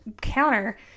counter